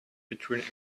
between